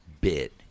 bit